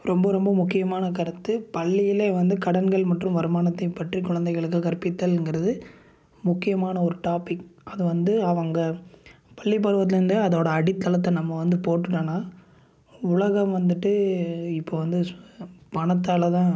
ரொம்ப ரொம்ப முக்கியமான கருத்து பள்ளியில் வந்து கடன்கள் மற்றும் வருமானத்தை பற்றி குழந்தைகளுக்கு கற்பித்தல்ங்கிறது முக்கியமான ஒரு டாபிக் அது வந்து அவங்க பள்ளிப்பருவத்துலருந்தே அதோடய அடித்தளத்தை நம்ம வந்து போட்டுட்டோனால் உலகம் வந்துட்டு இப்போது வந்து பணத்தால்தான்